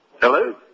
Hello